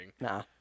Nah